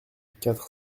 quatre